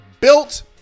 built